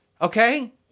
okay